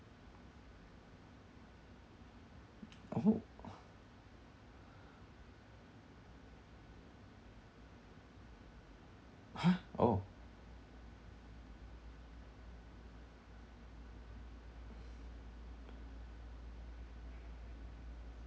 oh !huh! oh